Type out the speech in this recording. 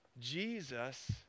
Jesus